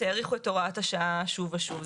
האריכו את הוראת השעה שוב ושוב.